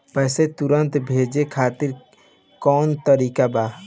पैसे तुरंत भेजे खातिर कौन तरीका बा?